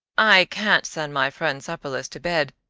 i can't send my friend supperless to bed.